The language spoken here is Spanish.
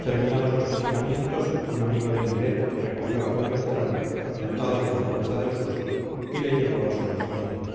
terminados los fusilamientos un amigo de nelet recogió a d beltrán atontado de la fuerza del susto y le llevó a su alojamiento